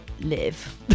live